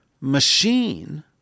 Machine